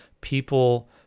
people